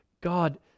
God